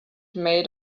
made